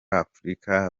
afurika